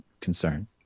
concern